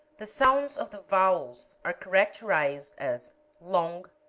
the sounds of the vowels are characterized as long,